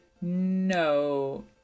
No